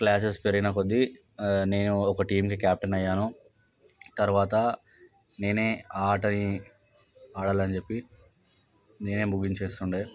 classes పెరిగిన కొద్దీ నేను ఒక టీంకి కెప్టెన్ అయ్యాను తర్వాత నేనే ఆ ఆటని ఆడాలని చెప్పి నేనే ముగించేస్తుండె